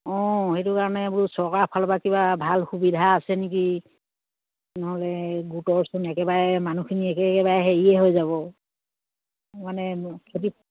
অঁ সেইটো কাৰণে এইবোৰ চৰকাৰৰ ফালৰ পৰা কিবা ভাল সুবিধা আছে নেকি নহ'লে গোট একেবাৰে মানুহখিনি একে একেবাৰে হেৰিয়ে হৈ যাব মানে খেতি